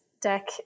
deck